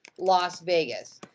las vegas.